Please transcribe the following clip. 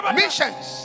missions